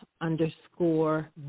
underscore